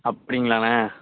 அப்படிங்களாண்ண